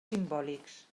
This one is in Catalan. simbòlics